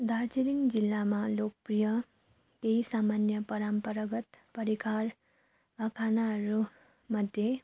दार्जिलिङ जिल्लामा लोकप्रिय केही सामान्य परम्परागत परिकार खानाहरूमध्ये